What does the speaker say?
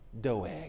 Doeg